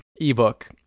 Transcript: ebook